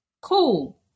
cool